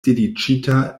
dediĉita